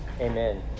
amen